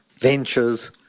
ventures